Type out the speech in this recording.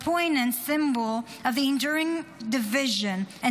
a poignant symbol of the enduring division and